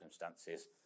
circumstances